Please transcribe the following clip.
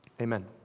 Amen